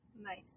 Nice